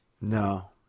No